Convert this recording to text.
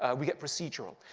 ah we get procedural.